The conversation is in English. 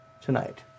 tonight